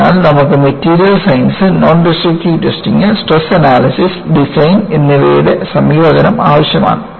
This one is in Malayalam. അതിനാൽ നമുക്ക് material science non destructive testing stress analysis design എന്നിവയുടെ സംയോജനം ആവശ്യമാണ്